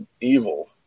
evil